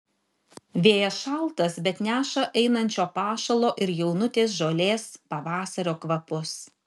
vėjas šaltas bet neša einančio pašalo ir jaunutės žolės pavasario kvapus